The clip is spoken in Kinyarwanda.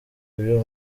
byo